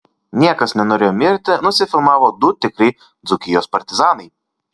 niekas nenorėjo mirti nusifilmavo du tikri dzūkijos partizanai